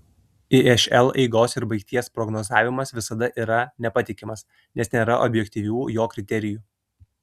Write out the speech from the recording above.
išl eigos ir baigties prognozavimas visada yra nepatikimas nes nėra objektyvių jo kriterijų